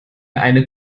eine